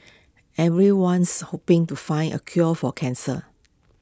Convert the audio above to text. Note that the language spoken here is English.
everyone's hoping to find A cure for cancer